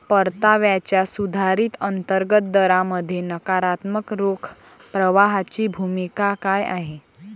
परताव्याच्या सुधारित अंतर्गत दरामध्ये नकारात्मक रोख प्रवाहाची भूमिका काय आहे?